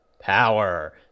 power